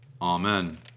Amen